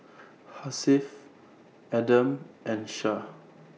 Hasif Adam and Shah